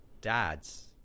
dads